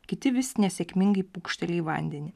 kiti vis nesėkmingai pūkšteli į vandenį